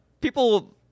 People